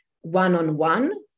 one-on-one